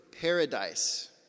paradise